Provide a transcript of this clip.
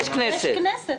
יש כנסת.